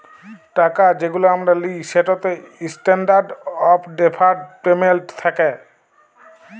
টাকা যেগুলা আমরা লিই সেটতে ইসট্যান্ডারড অফ ডেফার্ড পেমেল্ট থ্যাকে